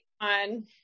on